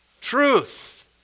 Truth